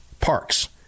parks